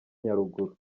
nyaruguru